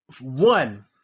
one